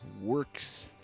Works